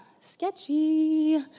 sketchy